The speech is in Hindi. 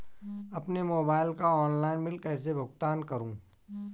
अपने मोबाइल का ऑनलाइन बिल कैसे भुगतान करूं?